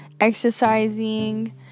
exercising